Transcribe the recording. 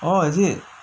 oh is it